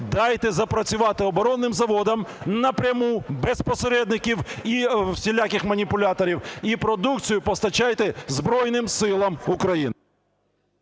дайте запрацювати оборонним заводам напряму без посередників і всіляких маніпуляторів, і продукцію постачайте Збройним Силам України.